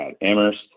Amherst